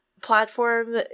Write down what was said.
platform